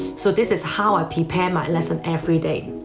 so this is how i prepare my lesson every day.